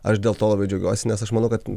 aš dėl to labai džiaugiuosi nes aš manau kad